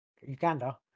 uganda